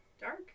dark